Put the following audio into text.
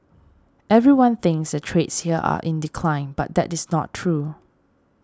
everyone thinks the trades here are in decline but that is not true